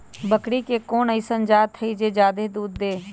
बकरी के कोन अइसन जात हई जे जादे दूध दे?